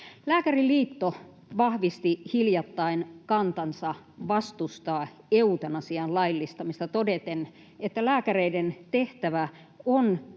Lääkäriliitto vahvisti hiljattain kantansa vastustaa eutanasian laillistamista todeten, että lääkäreiden tehtävä on